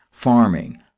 farming